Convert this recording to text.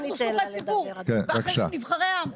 אבל אנחנו שלוחי ציבור ואחרי זה נבחרי העם,